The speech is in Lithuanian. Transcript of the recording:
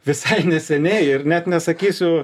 visai neseniai ir net nesakysiu